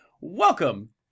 Welcome